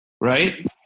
Right